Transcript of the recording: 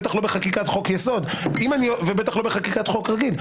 בטח לא בחקיקת חוק יסוד ובטח לא בחקיקת חוק רגיל.